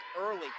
early